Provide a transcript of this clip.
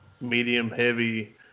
medium-heavy